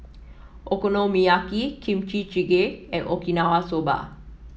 Okonomiyaki Kimchi Jjigae and Okinawa Soba